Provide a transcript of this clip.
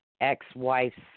ex-wife's